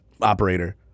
operator